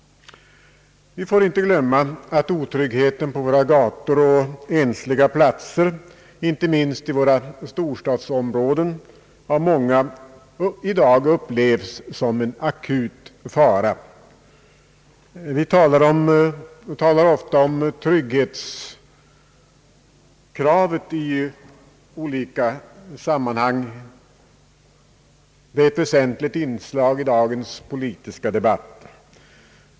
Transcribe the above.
Vi får inte glömma att otryggheten på våra gator och ensliga platser, inte minst i storstadsområdena, av många i dag upplevs som en akut fara. Vi talar ofta om trygghetskravet i olika sammanhang — det är ett väsentligt inslag i dagens politiska debatt.